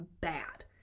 bad